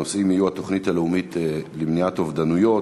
הנושאים יהיו: התוכנית הלאומית למניעת אובדנות,